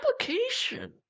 application